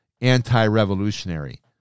anti-revolutionary